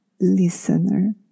listener